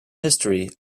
history